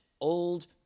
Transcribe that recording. old